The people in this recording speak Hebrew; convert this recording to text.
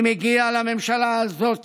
אני מגיע לממשלה הזאת